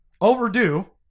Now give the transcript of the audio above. Overdue